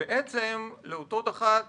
לאותו דח"צ